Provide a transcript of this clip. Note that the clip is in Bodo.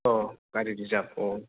अह गारि रिजार्भ अह